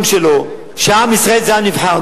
שלו שעם ישראל זה העם הנבחר.